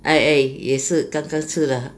I I 也是刚刚吃了